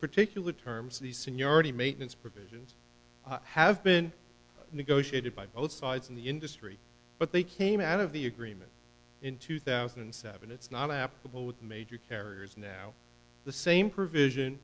particular terms these seniority maintenance permits have been negotiated by both sides in the industry but they came out of the agreement in two thousand and seven it's not applicable with major carriers now the same provision